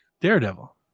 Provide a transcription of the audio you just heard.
Daredevil